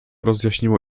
rozjaśniło